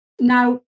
Now